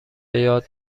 بیاد